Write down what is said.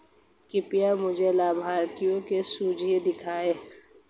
कृपया मुझे लाभार्थियों की सूची दिखाइए